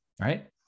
Right